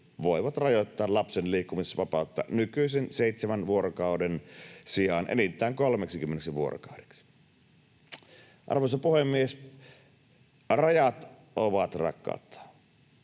voi rajoittaa lapsen liikkumisvapautta nykyisen seitsemän vuorokauden sijaan enintään 30 vuorokaudeksi. Arvoisa puhemies! Rajat ovat rakkautta.